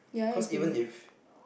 cause even if